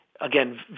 again